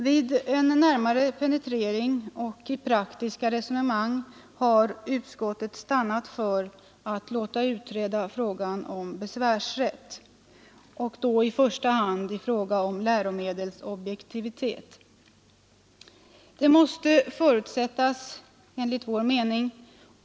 Vid en närmare penetrering och i praktiska resonemang har utskottet stannat för att låta utreda frågan om besvärsrätt, i första hand när det gäller läromedels objektivitet.